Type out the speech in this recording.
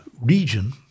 region